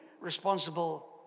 responsible